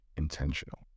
intentional